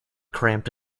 cramped